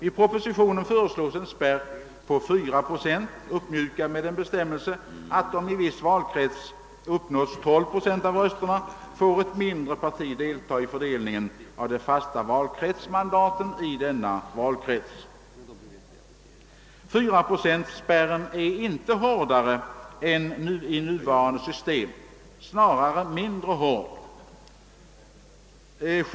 I propositionen föreslås en spärr på 4 procent, uppmjukad med en bestämmelse att om ett mindre parti i en viss valkrets uppnår 12 procent av rösterna får partiet delta vid fördelningen av de fasta valkretsmandaten i denna valkrets. Systemet med 4 procentspärren är därför inte hårdare än nuvarande system, snarare tvärtom.